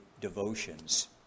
devotions